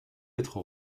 être